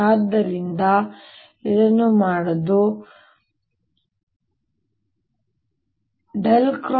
ಆದ್ದರಿಂದ ಇದನ್ನು ಮಾಡಲು B0j